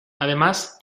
además